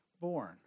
born